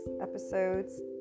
Episodes